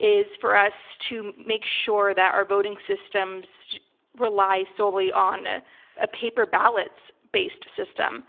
is for us to make sure that our voting systems rely solely on a ah paper ballots based system.